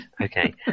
Okay